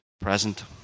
present